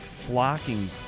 flocking